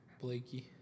Blakey